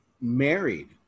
married